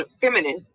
feminine